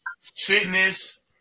Fitness